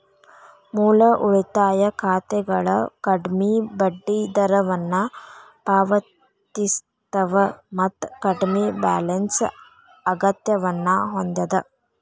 ಮೂಲ ಉಳಿತಾಯ ಖಾತೆಗಳ ಕಡ್ಮಿ ಬಡ್ಡಿದರವನ್ನ ಪಾವತಿಸ್ತವ ಮತ್ತ ಕಡ್ಮಿ ಬ್ಯಾಲೆನ್ಸ್ ಅಗತ್ಯವನ್ನ ಹೊಂದ್ಯದ